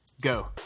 go